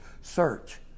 search